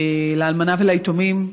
לאלמנה וליתומים.